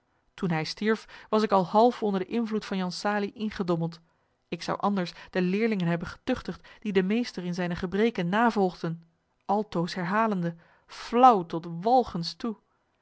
toen hij stierf was ik al half onder den invloed van jan salie ingedommeld ik zou anders de leerlingen hebben getuchtigd die den meester in zijne gebreken navolgden altoos herhalende flaauw tot walgens toe